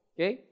Okay